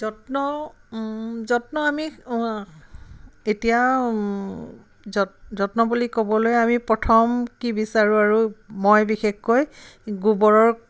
যত্ন যত্ন আমি কেতিয়াও যত যত্ন বুলি ক'বলৈ আমি প্ৰথম কি বিচাৰোঁ আৰু মই বিশেষকৈ গোবৰৰ